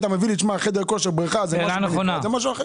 הייתי מביא לי חדר כושר או בריכה --- זה משהו אחר.